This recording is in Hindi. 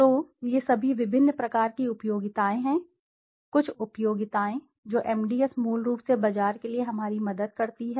तो ये सभी विभिन्न प्रकार की उपयोगिताओं हैं कुछ उपयोगिताओं जो एमडीएस मूल रूप से बाजार के लिए हमारी मदद करती हैं